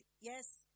Yes